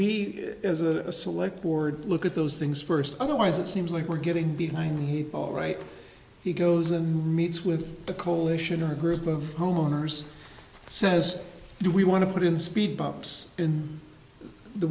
we as a select board look at those things first otherwise it seems like we're getting behind all right he goes and meets with a coalition or a group of homeowners says do we want to put in speed bumps in the